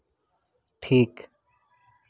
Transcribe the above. ᱴᱷᱤᱠ